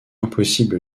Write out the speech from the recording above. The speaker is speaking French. impossible